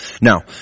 Now